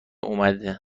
اومد